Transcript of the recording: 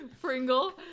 Pringle